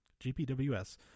GPWS